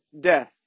death